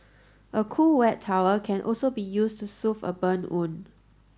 a cool wet towel can also be used to soothe a burn wound